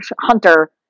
hunter